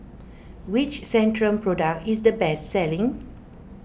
which Centrum Product is the best selling